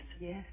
Yes